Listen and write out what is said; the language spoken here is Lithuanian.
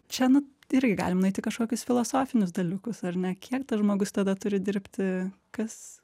čia nu irgi galim nueit į kažkokius filosofinius dalykus ar ne kiek tas žmogus tada turi dirbti kas